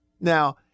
Now